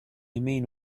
mean